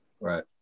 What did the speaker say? Right